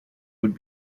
would